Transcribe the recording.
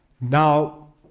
Now